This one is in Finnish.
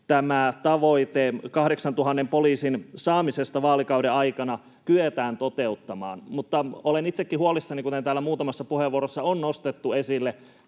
tämä tavoite 8 000 poliisin saamisesta vaalikauden aikana kyetään toteuttamaan. Mutta olen itsekin huolissani, kuten täällä muutamassa puheenvuorossa on nostettu esille,